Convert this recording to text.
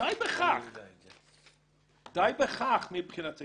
די בכך מבחינת הילד.